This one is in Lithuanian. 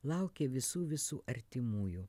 laukia visų visų artimųjų